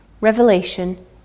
revelation